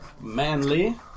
manly